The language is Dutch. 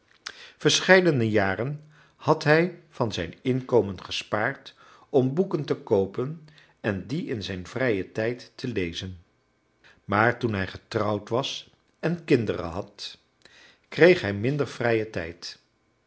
verscheidene jaren had hij van zijn inkomen gespaard om boeken te koopen en die in zijn vrijen tijd te lezen maar toen hij getrouwd was en kinderen had kreeg hij minder vrijen tijd